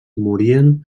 morien